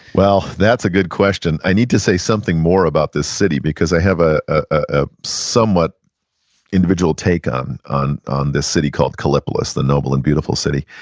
well, that's a good question. i need to say something more about this city, because i have ah a somewhat individual take on on this city called kallipolis, the noble and beautiful city.